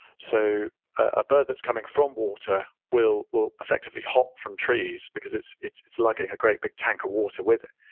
so a bird that's coming from water will will effectively hop from trees because it's it's lugging a great big tank of water with it.